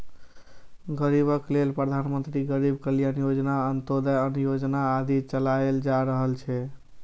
गरीबक लेल प्रधानमंत्री गरीब कल्याण योजना, अंत्योदय अन्न योजना आदि चलाएल जा रहल छै